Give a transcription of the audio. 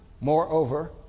Moreover